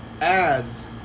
ads